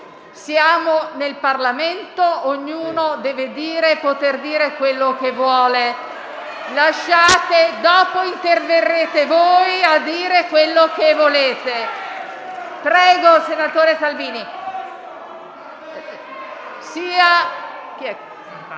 Siamo in Parlamento. Ognuno deve poter dire quello che vuole. Dopo, interverrete voi per dire quello che volete.